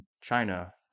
china